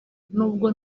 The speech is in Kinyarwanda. nubwo